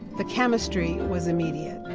the chemistry was immediate.